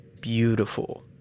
beautiful